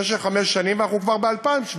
למשך חמש שנים, אנחנו כבר ב-2017,